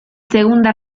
segunda